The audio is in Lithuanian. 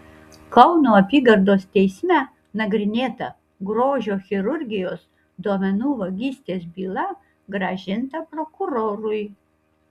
kauno apygardos teisme nagrinėta grožio chirurgijos duomenų vagystės byla grąžinta prokurorui